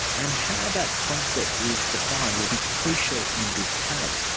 and how that concept is defined will be crucial in this case.